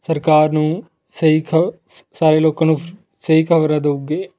ਸਰਕਾਰ ਨੂੰ ਸਹੀ ਖ ਸਾਰੇ ਲੋਕਾਂ ਨੂੰ ਸਹੀ ਖਬਰਾਂ ਦਊਗੇ